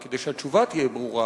וכדי שהתשובה תהיה ברורה: